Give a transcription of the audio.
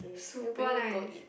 you bring me go eat